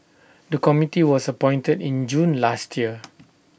the committee was appointed in June last year